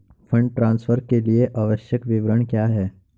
Fund transfer के लिए आवश्यक विवरण क्या हैं?